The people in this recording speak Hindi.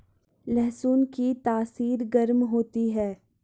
लहसुन की तासीर गर्म होती है